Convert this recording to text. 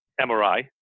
MRI